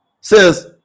says